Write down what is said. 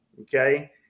Okay